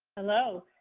hello?